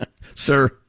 Sir